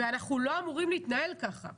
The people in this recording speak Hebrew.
ואנחנו לא אמורים להתנהל ככה.